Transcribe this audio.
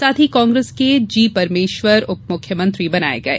साथ ही कांग्रेस के जी परमेश्वर उपमुख्यमंत्री बनाये गये